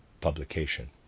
publication